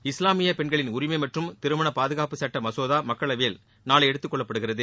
இஸ்லாமிய பெண்களின் உரிமை மற்றும் திருமண பாதுகாப்பு சட்ட மசோதா மக்களவையில் நாளை எடுத்துக் கொள்ளப்படுகிறது